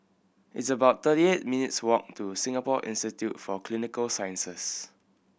it's about thirty eight minutes' walk to Singapore Institute for Clinical Sciences